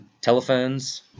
telephones